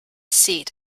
seat